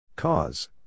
Cause